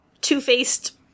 two-faced